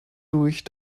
durch